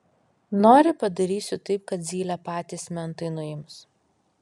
nori padarysiu taip kad zylę patys mentai nuims